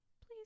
please